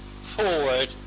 forward